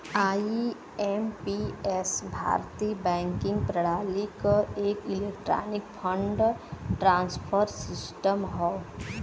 IMPS भारतीय banking प्रणाली क एक इलेक्ट्रॉनिक फंड ट्रांसफर सिस्टम हौ